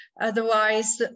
Otherwise